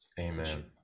Amen